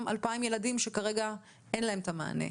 2,000 ילדים שכרגע אין להם את המענה.